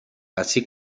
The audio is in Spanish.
así